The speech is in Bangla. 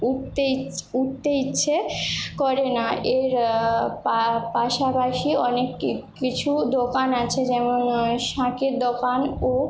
উঠতে ইচ উঠতে ইচ্ছে করে না এর পাশাপাশি অনেক কিছু দোকান আছে যেমন শাঁখের দোকান ও